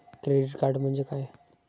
Credit card म्हणजे काय?